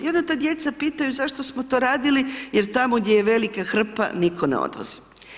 I onda ta djeca pitaju zašto smo to radili jer tamo gdje je velika hrpa nitko ne odvozi.